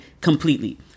completely